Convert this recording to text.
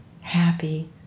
happy